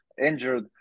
injured